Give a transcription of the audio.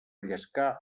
llescar